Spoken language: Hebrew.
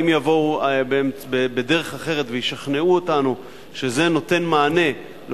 אם יבואו בדרך אחרת וישכנעו אותנו שזה נותן מענה על